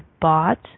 bought